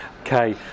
Okay